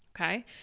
Okay